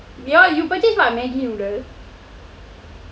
you are you purchase what maggi noodle